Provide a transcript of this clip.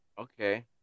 Okay